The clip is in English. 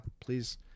please